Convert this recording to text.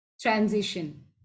transition